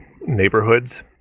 neighborhoods